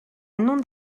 non